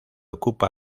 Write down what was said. ocupa